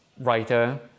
writer